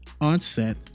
onset